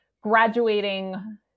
graduating